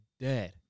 dead